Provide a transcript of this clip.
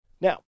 Now